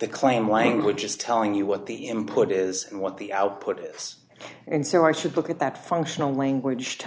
the claim language is telling you what the him put is what the output is and so i should look at that functional language to